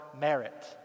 merit